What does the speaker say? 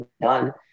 done